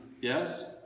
Yes